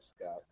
Scott